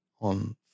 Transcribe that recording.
on